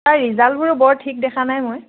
তাৰ ৰিজাল্টবোৰো বৰ ঠিক দেখাই নাই মই